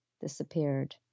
disappeared